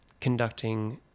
conducting